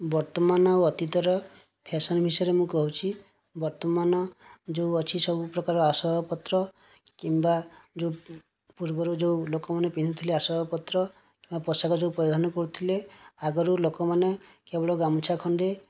ବର୍ତ୍ତମାନ ଆଉ ଅତୀତର ଫ୍ୟାସନ ବିଷୟରେ ମୁଁ କହୁଛି ବର୍ତ୍ତମାନ ଯେଉଁ ଅଛି ସବୁ ପ୍ରକାର ଆସବାବପତ୍ର କିମ୍ବା ଯେଉଁ ପୂର୍ବରୁ ଯେଉଁ ଲୋକମାନେ ପିନ୍ଧୁଥିଲେ ଆସବାବପତ୍ର ବା ପୋଷାକ ଯେଉଁ ପରିଧାନ କରୁଥିଲେ ଆଗରୁ ଲୋକମାନେ କେବଳ ଗାମୁଛା ଖଣ୍ଡେ